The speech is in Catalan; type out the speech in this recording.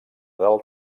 del